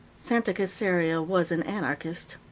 santa caserio was an anarchist.